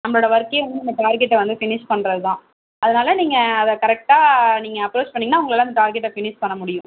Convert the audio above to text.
நம்மளோட ஒர்க்கே நம்ம டார்கெட்டை வந்து ஃபினிஷ் பண்ணுறதுதான் அதனால் நீங்கள் அதை கரெக்ட்டாக நீங்கள் அப்ரோச் பண்ணிங்கன்னா உங்களால் அந்த டார்கெட்டை ஃபினிஷ் பண்ண முடியும்